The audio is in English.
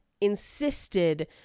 insisted